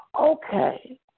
okay